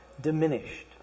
diminished